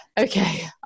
Okay